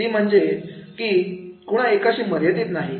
ती म्हणजे की हे कुणा एकाशी मर्यादित नाही